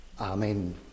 Amen